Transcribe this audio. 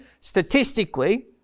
statistically